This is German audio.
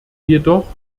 jedoch